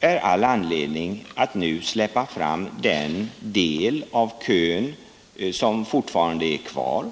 är all anledning att nu släppa fram den del av kön som fortfarande är kvar.